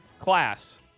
class